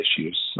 issues